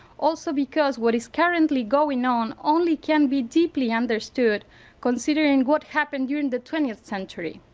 also because what is currently going on only can be deeply understood considering what happened during the twentieth century.